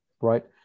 right